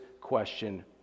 question